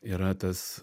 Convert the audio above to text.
yra tas